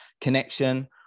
connection